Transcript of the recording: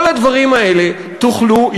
כל הדברים האלה תוכלו,